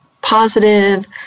positive